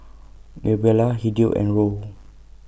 Gabriela Hideo and Roe